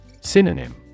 Synonym